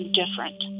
different